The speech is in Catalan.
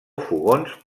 fogons